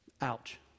Ouch